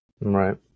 Right